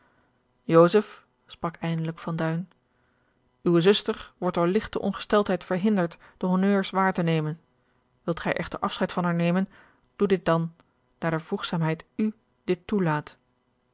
eindelijk van duin uwe zuster wordt door ligte ongesteldheid verhinderd de honneurs waar te nemen wilt gij echter afscheid van haar nemen doe dit dan daar de voegzaamheid ù dit toelaat